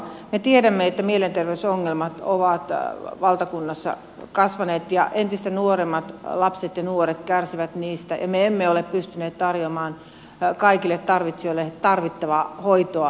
me tiedämme että mielenterveysongelmat ovat valtakunnassa kasvaneet ja entistä nuoremmat lapset ja nuoret kärsivät niistä ja me emme ole pystyneet tarjoamaan kaikille tarvitsijoille tarvittavaa hoitoa ja apua